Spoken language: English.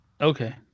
okay